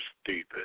stupid